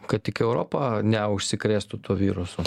kad tik europa neužsikrėstų tuo virusu